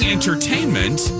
Entertainment